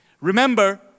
Remember